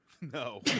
No